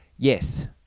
Yes